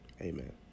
Amen